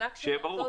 שיהיה ברור.